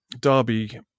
Derby